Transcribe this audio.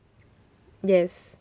yes